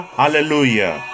hallelujah